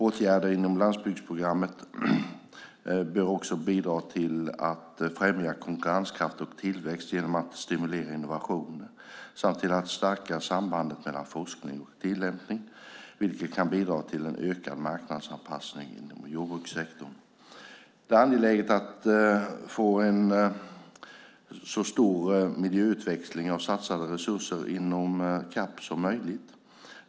Åtgärder inom landsbygdsprogrammet bör också bidra till att främja konkurrenskraft och tillväxt genom att stimulera innovationer samt till att stärka sambandet mellan forskning och tillämpning, vilket kan bidra till en ökad marknadsanpassning inom jordbrukssektorn. Det är angeläget att få så stor miljöutväxling av satsade resurser inom CAP som möjligt.